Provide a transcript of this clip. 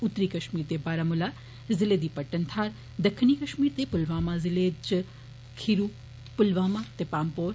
उत्तरी कश्मीर दे बारामुला जिले दी पट्टन थाहर दक्खनी कश्मीर दे पुलवामा जिले च खरियू पुलवामा ते पाम्पोर